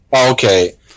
okay